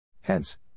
Hence